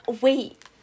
wait